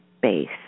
base